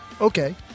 okay